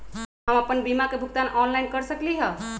हम अपन बीमा के भुगतान ऑनलाइन कर सकली ह?